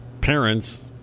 parents